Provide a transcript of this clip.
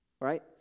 Right